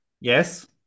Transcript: Yes